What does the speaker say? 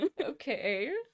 Okay